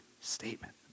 statement